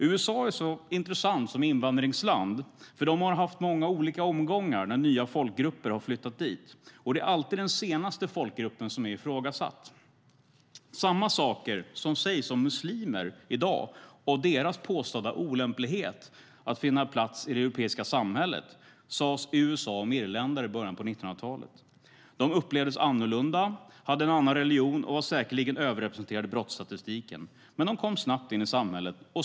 USA är intressant som invandringsland, eftersom landet har haft många olika omgångar när nya folkgrupper har flyttat dit - och det är alltid den senaste folkgruppen som är ifrågasatt. Samma saker som sägs om muslimer i dag och deras påstådda olämplighet att finna en plats i det europeiska samhället sades i USA om irländare i början av 1900-talet. De upplevdes annorlunda, hade en annan religion och var säkerligen överrepresenterade i brottsstatistiken. Men de kom snabbt in i samhället.